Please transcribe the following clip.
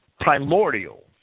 Primordial